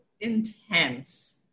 intense